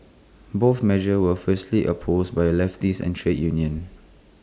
both measures were fiercely opposed by leftists and trade unions